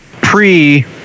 pre